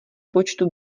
počtu